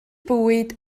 bwyd